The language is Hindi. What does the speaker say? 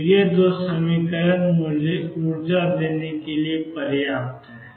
और ये दो समीकरण मुझे ऊर्जा देने के लिए पर्याप्त हैं